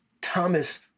Thomas